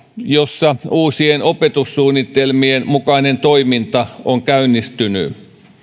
jossa uusien opetussuunnitelmien mukainen toiminta on käynnistynyt